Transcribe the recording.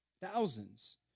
Thousands